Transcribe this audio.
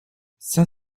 cinq